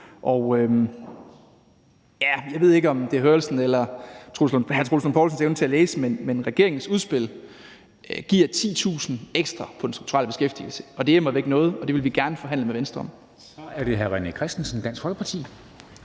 Jeg ved ikke, om det er hørelsen, eller om det er hr. Troels Lund Poulsens evne til at læse, men regeringens udspil giver 10.000 ekstra personer på den strukturelle beskæftigelse, og det er immer væk noget, og det vil vi gerne forhandle med Venstre om. Kl. 09:16 Formanden (Henrik